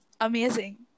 Amazing